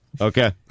Okay